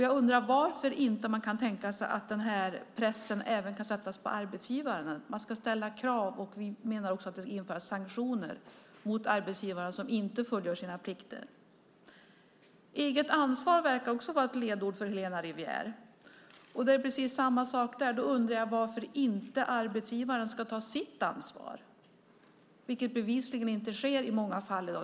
Jag undrar varför man inte kan tänka sig att sätta press även på arbetsgivaren. Vi menar att man ska ställa krav på och införa sanktioner mot arbetsgivare som inte fullgör sina plikter. Eget ansvar verkar vara ett ledord för Helena Rivière. Det är precis samma sak där, att jag undrar varför inte arbetsgivaren ska ta sitt ansvar, vilket de bevisligen inte gör i många fall i dag.